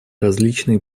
различные